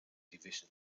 division